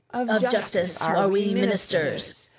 of justice are we ministers,